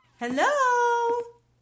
Hello